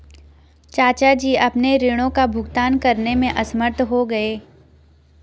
चाचा जी अपने ऋणों का भुगतान करने में असमर्थ हो गए